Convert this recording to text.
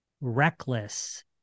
reckless